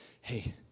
hey